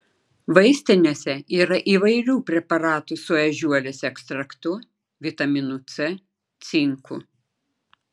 vaistinėse yra įvairių preparatų su ežiuolės ekstraktu vitaminu c cinku